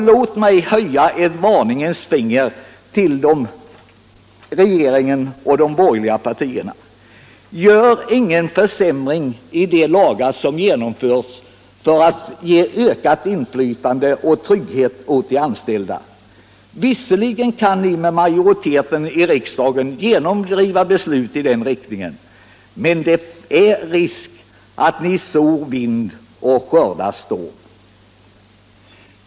Låt mig höja ett varningens finger till regeringen och de borgerliga partierna: Gör ingen försämring i de lagar som genomförts för att ge ökat inflytande och trygghet åt de anställda! Visserligen kan ni med majoriteten i riksdagen genomdriva beslut i den riktningen, men risken finns att ni sår vind och skördar storm.